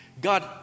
God